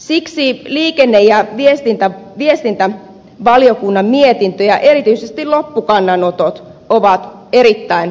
siksi liikenne ja viestintävaliokunnan mietintö ja erityisesti loppukannanotot ovat erittäin kannatettavia